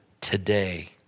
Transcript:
today